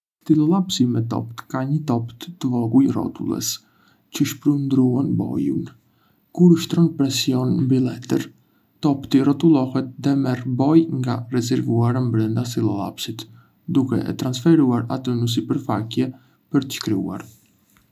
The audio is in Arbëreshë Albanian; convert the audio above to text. Stilolapsi me topth ka një topth të vogël rrotullues që shpërndan bojën. Kur ushtron presion mbi letër, topthi rrotullohet dhe merr bojë nga rezervuari brënda stilolapsit, duke e transferuar atë në sipërfaqe për të shkruar.